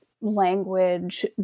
language